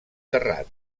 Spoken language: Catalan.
terrat